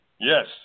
Yes